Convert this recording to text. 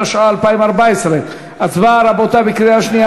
התשע"ה 2014. הצבעה בקריאה שנייה,